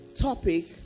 topic